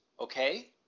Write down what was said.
okay